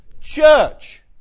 church